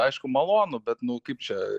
aišku malonu bet nu kaip čia